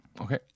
Okay